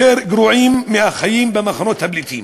יותר גרועים מהחיים במחנות הפליטים.